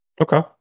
Okay